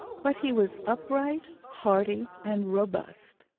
but he was upright, hearty, and robust.